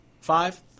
Five